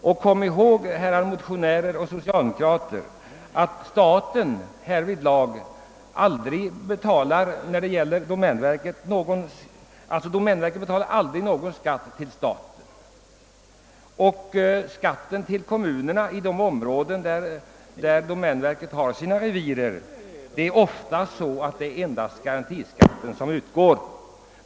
Kom dessutom ihåg, herrar motionärer och socialdemokrater, att domänverket inte betalar någon skatt till staten. I de områden där domänverket har sina revir utgår ofta endast garantiskatten till kommunerna.